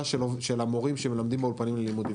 של המורים שמלמדים באולפנים ללימוד עברית.